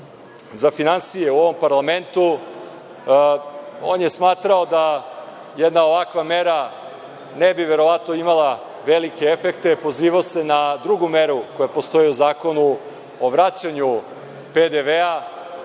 za finansije u ovom parlamentu, on je smatrao da jedna ovakva mera ne bi verovatno imala velike efekte, pozivao se na drugu meru koja postoji u Zakonu o vraćanju PDV